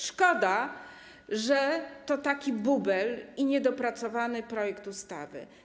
Szkoda, że to taki bubel i niedopracowany projekt ustawy.